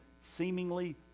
seemingly